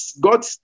God